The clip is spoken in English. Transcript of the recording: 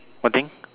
what thing